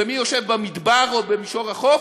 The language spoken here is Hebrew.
ומי יושב במדבר או במישור החוף,